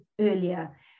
earlier